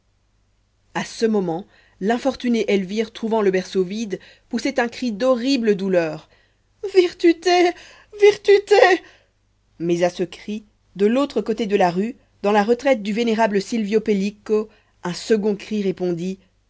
à ce moment l'infortuné elvire trouvant le berceau vide poussait un cri d'horrible douleur virtuté virtuté mais à ce cri de l'autre côté de la rue dans la retraite du vénérable silvio pellico un second cri répondit